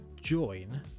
join